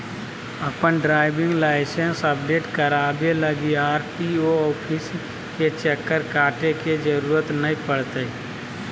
अपन driving licence update कराबे लगी आर.टी.ओ ऑफिस के चक्कर काटे के जरूरत नै पड़तैय